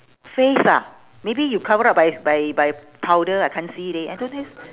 face ah maybe you cover up by by by powder I can't see leh otherwise